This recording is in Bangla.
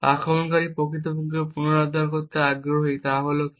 আক্রমণকারী প্রকৃতপক্ষে পুনরুদ্ধার করতে আগ্রহী তা হল কী